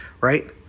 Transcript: right